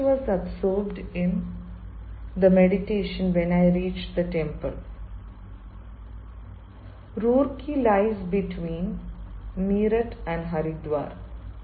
the priest was absorbed in in the meditation when I reach the temple Roorkee lies between Meerut and Haridwar